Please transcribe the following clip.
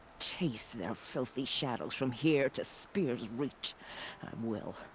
chase their filthy shadows from here to spear's reach. i will.